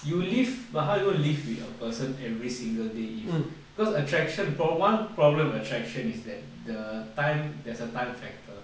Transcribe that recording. you live but how are you going to live with a person every single day if cause attraction for one problem attraction is that the time there's a time factor